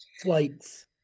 flights